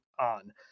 on